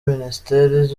minisiteri